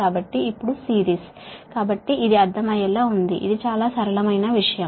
కాబట్టి ఇప్పుడు సిరీస్ కాబట్టి ఇది అర్థమయ్యేలా ఉంది ఇది చాలా సరళమైన విషయం